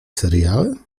seriale